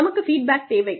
நமக்கு ஃபீட்பேக் தேவை